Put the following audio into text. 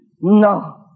No